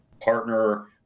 partner